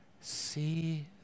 See